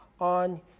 on